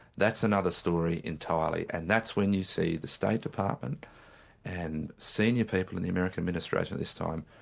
that's another story entirely, and that's when you see the state department and senior people in the american administration this time,